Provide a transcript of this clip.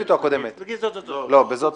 לא, בזאת אין.